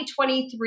2023